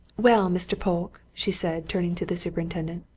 well, mr. polke, she said, turning to the superintendent,